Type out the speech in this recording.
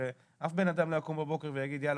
הרי אף אחד לא יקום בבוקר ויגיד יאללה,